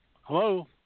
Hello